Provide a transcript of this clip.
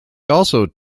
also